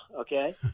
Okay